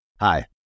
Hi